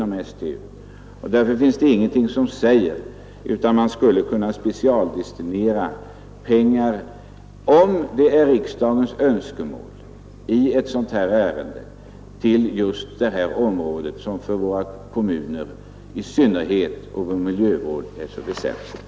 Det finns ingenting som säger att man inte skulle kunna — om det är riksdagens önskan — specialdestinera medel i ett sådant här ärende till just det område som för våra kommuner, och i synnerhet för vår miljövård, är så väsentligt.